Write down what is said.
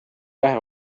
vähe